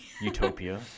Utopia